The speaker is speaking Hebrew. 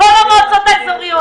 הכול מועצות אזוריות.